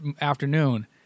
afternoon